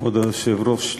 כבוד היושב-ראש,